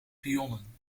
pionnen